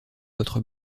votre